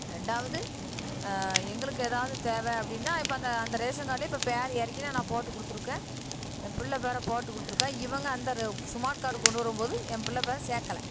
ரெண்டாவது எங்களுக்கு ஏதாவது தேவை அப்படின்னால் இப்போ அந்த அந்த ரேஷன் கார்டிலயே இப்போ பேர் ஏற்கனவே நான் போட்டு கொடுத்துருக்கேன் என் பிள்ளைப் பேரை போட்டு கொடுத்துருக்கேன் இவங்க அந்த ர சுமார்ட் கார்டு கொண்டு வரும்போது என் பிள்ளைப் பேரை சேர்க்கலை